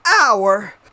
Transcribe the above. hour